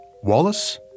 Wallace